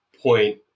point